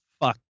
fuck